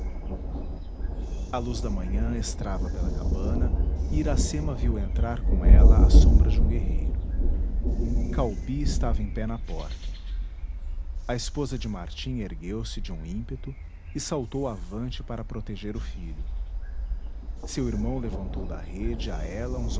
a luz da manhã estrava pela cabana e iracema viu entrar com ela a sombra de um guerreiro caubi estava em pé na porta a esposa de martim ergueu-se de um ímpeto e saltou avante para proteger o filho seu irmão levantou da rede a ela uns